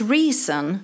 reason